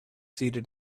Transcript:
seated